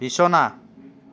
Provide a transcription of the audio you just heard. বিচনা